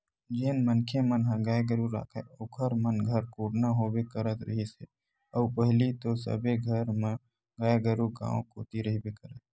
जेन मनखे मन ह गाय गरु राखय ओखर मन घर कोटना होबे करत रिहिस हे अउ पहिली तो सबे घर म गाय गरु गाँव कोती रहिबे करय